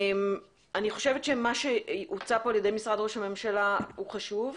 אני חושבת שמה שהוצע פה על ידי משרד ראש הממשלה הוא חשוב.